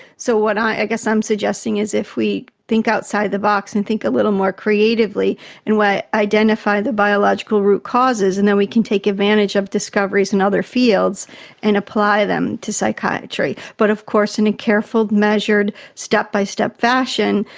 so what i guess i'm suggesting is if we think outside the box and think a little more creatively and we identify the biological root causes and then we can take advantage of discoveries in other fields and apply them to psychiatry, but of course in a careful, measured, step-by-step fashion.